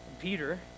Peter